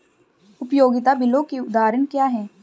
उपयोगिता बिलों के उदाहरण क्या हैं?